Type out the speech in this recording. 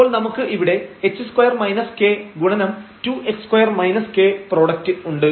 അപ്പോൾ നമുക്ക് ഇവിടെ h2 k ഗുണനം 2h2 k പ്രൊഡക്ട് ഉണ്ട്